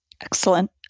Excellent